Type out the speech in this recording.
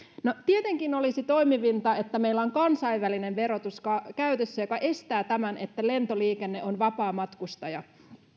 no tietenkin olisi toimivinta että meillä olisi käytössä kansainvälinen verotus joka estää tämän että lentoliikenne on vapaamatkustaja